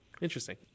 Interesting